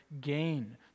gain